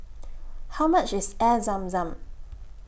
How much IS Air Zam Zam